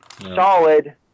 Solid